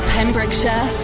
Pembrokeshire